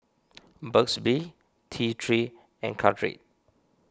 Burt's Bee T three and Caltrate